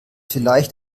vielleicht